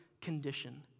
condition